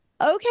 Okay